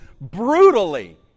brutally